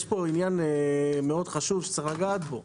אבל אדוני, יש פה עניין מאוד חשוב שצריך לגעת בו.